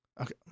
Okay